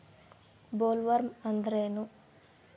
Bollworm ಅಂದ್ರೇನು?